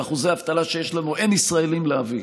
עם אחוזי האבטלה שיש לנו אין ישראלים להביא,